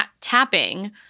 tapping